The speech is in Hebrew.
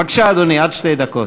בבקשה, אדוני, עד שתי דקות.